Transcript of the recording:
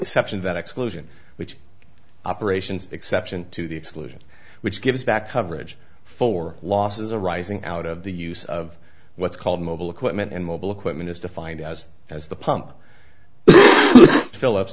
exception that exclusion which operations exception to the exclusion which gives back coverage for losses arising out of the use of what's called mobile equipment and mobile equipment is defined as as the pump philips